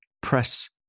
press